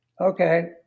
okay